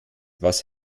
was